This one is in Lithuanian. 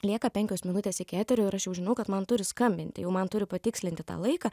lieka penkios minutės iki eterio ir aš jau žinau kad man turi skambinti jau man turi patikslinti tą laiką